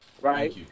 right